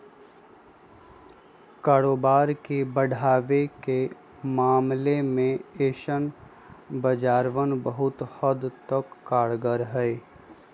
कारोबार के बढ़ावे के मामले में ऐसन बाजारवन बहुत हद तक कारगर हई